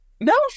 no